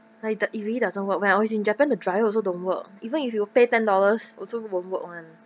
like the it really doesn't work when I was in japan the dryer also don't work even if you pay ten dollars also won't work [one]